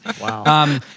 wow